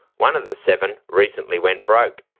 one of the seven recently went broke.